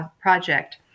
project